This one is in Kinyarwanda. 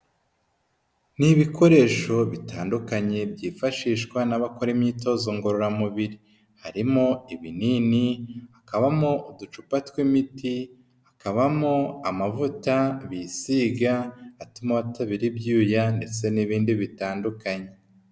Ni ibikoresho bitandukanye byifashishwa n'abakora imyitozo ngororamubiri harimo ibinini, hakabamo uducupa tw'imiti, hakabamo amavuta bisiga atuma batabira ibyuya ndetse n'ibindi bitandukanye.